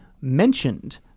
mentioned